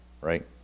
right